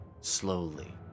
slowly